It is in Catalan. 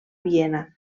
viena